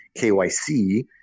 KYC